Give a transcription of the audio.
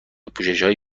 پوششهای